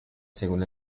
según